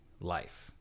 life